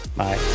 Bye